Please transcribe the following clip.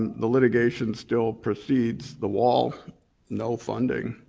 and the litigation still precedes the wall no funding.